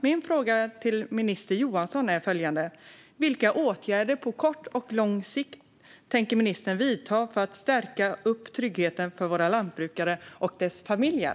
Min fråga till minister Morgan Johansson är följande: Vilka åtgärder på kort och lång sikt tänker ministern vidta för att stärka tryggheten för våra lantbrukare och deras familjer?